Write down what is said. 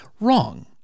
wrong